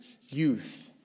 youth